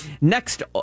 next